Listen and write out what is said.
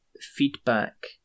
feedback